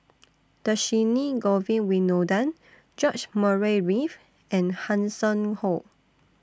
Dhershini Govin Winodan George Murray Reith and Hanson Ho